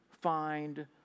find